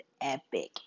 epic